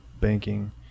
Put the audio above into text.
banking